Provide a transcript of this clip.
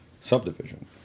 subdivision